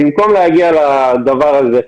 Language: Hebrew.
במקום להגיע לדבר הזה,